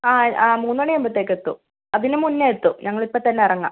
ആ ആ മൂന്നുമണി ആകുമ്പോഴേത്തേക്കും എത്തും അതിനു മുന്നേ എത്തും ഞങ്ങൾ ഇപ്പം തന്നെ ഇറങ്ങാം